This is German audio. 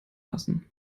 lassen